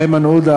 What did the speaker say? איימן עודה,